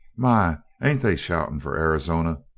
my, ain't they shouting for arizona!